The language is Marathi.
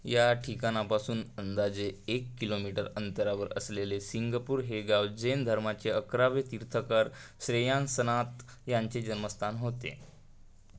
या ठिकाणापासून अंदाजे एक किलोमीटर अंतरावर असलेले सिंघपूर हे गाव जैन धर्माचे अकरावे तीर्थंकर श्रेयांसनाथ यांचे जन्मस्थान होते